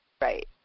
Right